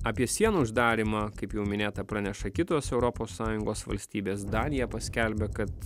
apie sienų uždarymą kaip jau minėta praneša kitos europos sąjungos valstybės danija paskelbė kad